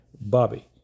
Bobby